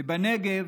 ובנגב,